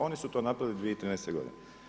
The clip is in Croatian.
Oni su to napravili 2013. godine.